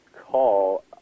call